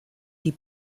die